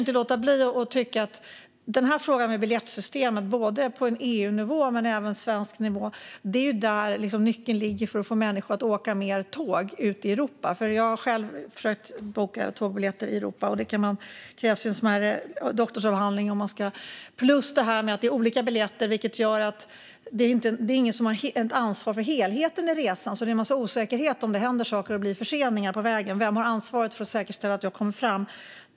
När det gäller frågan om biljettsystemet både på en EU-nivå och på en svensk nivå kan jag inte låta bli att tycka att det är där nyckeln finns till att få människor att åka mer tåg ute i Europa. Jag har själv försökt boka tågbiljetter i Europa, och det krävs en smärre doktorsavhandling för att lyckas med det. Det är också olika biljetter, vilket gör att det inte är någon som har ansvar för helheten i resan. Det är en massa osäkerhet om det händer saker och blir förseningar på vägen. Vem har ansvaret för att säkerställa att jag kommer fram?